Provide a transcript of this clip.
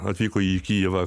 atvyko į kijevą